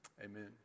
Amen